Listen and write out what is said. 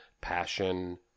passion